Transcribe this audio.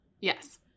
yes